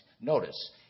notice